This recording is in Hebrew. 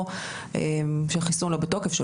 או שהחיסון לא בתוקף,